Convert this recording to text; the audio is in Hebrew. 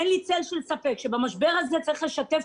אין לי צל של ספק שבמשבר הזה צריך שיתוף